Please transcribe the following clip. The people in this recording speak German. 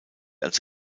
als